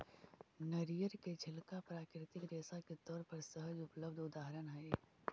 नरियर के छिलका प्राकृतिक रेशा के तौर पर सहज उपलब्ध उदाहरण हई